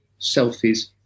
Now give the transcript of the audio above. selfies